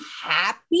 happy